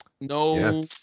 No